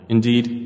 Indeed